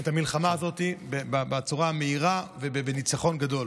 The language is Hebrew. את המלחמה הזאת, בצורה מהירה ובניצחון גדול.